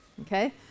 okay